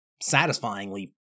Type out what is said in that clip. satisfyingly